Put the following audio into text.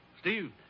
Steve